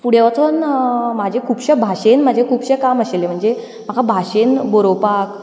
फुडें वचून म्हाजे खुबश्या भाशेंत म्हजें खुबशें काम आशिल्लें म्हणचे म्हाका भाशेंत बरोवपाक